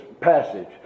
passage